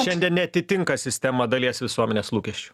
šiandien neatitinka sistema dalies visuomenės lūkesčių